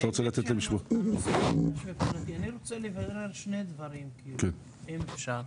אני רוצה לברר שני דברים אם אפשר.